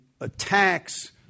attacks